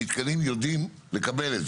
המתקנים יודעים לקבל את זה?